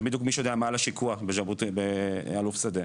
זה מעל השיקוע ב"האלוף שדה".